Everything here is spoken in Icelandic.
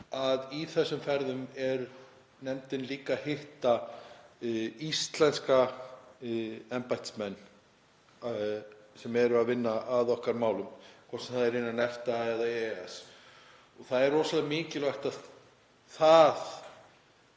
að í þessum ferðum er nefndin líka að hitta íslenska embættismenn sem eru að vinna að okkar málum, hvort sem það er innan EFTA eða EES. Það er rosalega mikilvægt að sú